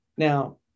Now